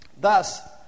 Thus